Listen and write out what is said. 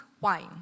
wine